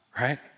right